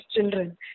children